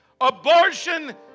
Abortion